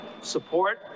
support